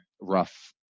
rough